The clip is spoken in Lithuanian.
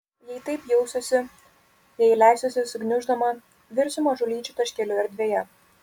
jei taip jausiuosi jei leisiuosi sugniuždoma virsiu mažulyčiu taškeliu erdvėje